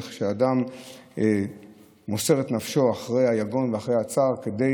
איך שאדם מוסר את נפשו אחרי היגון ואחרי הצער כדי